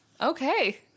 Okay